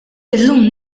illum